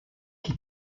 qui